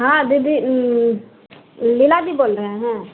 हाँ दीदी लीना दीदी बोल रहे हैं